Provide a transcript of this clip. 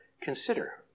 consider